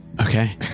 Okay